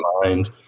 mind